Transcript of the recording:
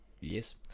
Yes